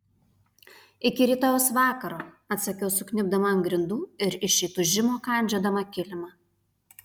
iki rytojaus vakaro atsakiau sukniubdama ant grindų ir iš įtūžimo kandžiodama kilimą